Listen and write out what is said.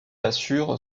assure